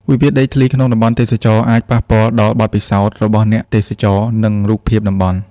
វិវាទដីធ្លីក្នុងតំបន់ទេសចរណ៍ អាចប៉ះពាល់ដល់បទពិសោធន៍របស់អ្នកទេសចរ និងរូបភាពតំបន់។